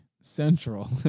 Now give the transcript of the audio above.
central